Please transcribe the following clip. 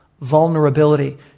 vulnerability